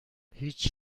هیچ